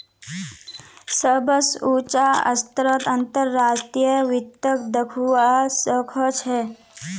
सबस उचा स्तरत अंतर्राष्ट्रीय वित्तक दखवा स ख छ